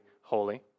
holy